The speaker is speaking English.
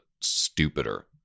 stupider